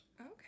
Okay